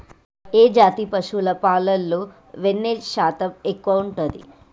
ఏ జాతి పశువుల పాలలో వెన్నె శాతం ఎక్కువ ఉంటది?